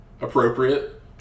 appropriate